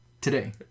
today